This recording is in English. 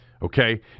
Okay